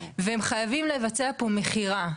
והם חייבים לבצע פה מכירה.